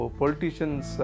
politicians